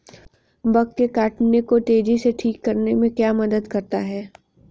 Bug के काटने को तेजी से ठीक करने में क्या मदद करता है?